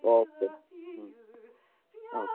okay um okay